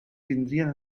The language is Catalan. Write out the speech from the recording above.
vindrien